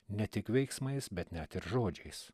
ne tik veiksmais bet net ir žodžiais